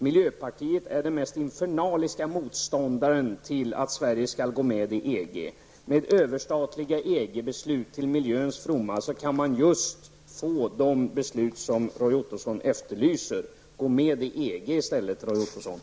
Miljöpartiet är den mest infernaliska motståndaren mot att Sverige går med i EG. Med överstatliga EG-beslut till miljöns froma kan man få just de beslut som Roy Ottosson efterlyser. Gå med i EG i stället, Roy Ottosson!.